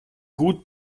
gut